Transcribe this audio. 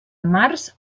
març